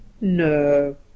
No